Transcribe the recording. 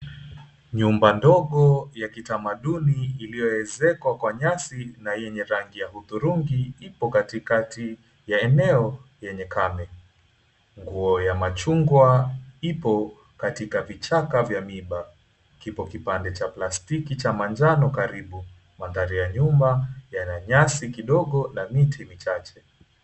Nyumba ndogo ya kitamaduni iliyoezekwa kwa nyasi na yenye rangi ya udhurungi ipo katikati ya eneo yenye kame , nguo ya machungwa ipo katika vichaka vya miba, kipo kipande cha plastiki cha manjano. Mandhari ya nyuma yana nyasi kidogo na miti michache.